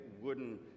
wooden